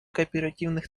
кооперативных